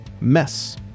mess